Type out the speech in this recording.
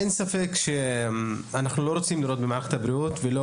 אין ספק שאנחנו לא רוצים לראות במערכת הבריאות ולא